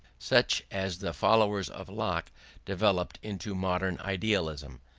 such as the followers of locke developed into modern idealism,